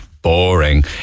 Boring